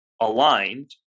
aligned